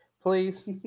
please